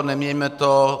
Neměňme to.